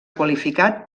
qualificat